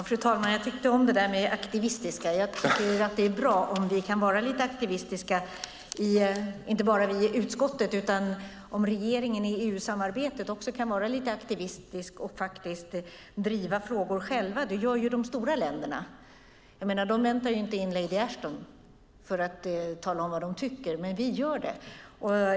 Fru talman! Jag tyckte om det där med "aktivistiska". Det är bra om vi kan vara lite aktivistiska, så att inte bara vi i utskottet utan också regeringen i EU-samarbetet kan vara lite aktivistisk och driva frågor själva. Det gör ju de stora länderna. De väntar inte in lady Ashton för att tala om vad de tycker, men det gör vi.